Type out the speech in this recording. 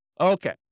Okay